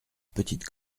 petite